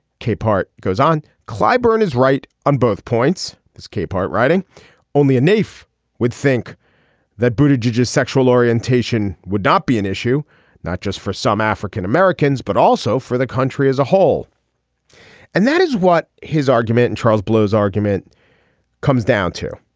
capehart goes on. clyburn is right on both points. capehart writing only a naif would think that booted georgia's sexual orientation would not be an issue not just for some african-americans but also for the country as a whole and that is what his argument and charles blow's argument comes down to